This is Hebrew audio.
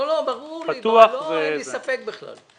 ברור לי, אין לי ספק בכלל.